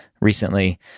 Recently